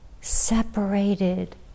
separated